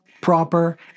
proper